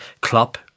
Klopp